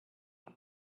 and